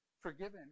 forgiven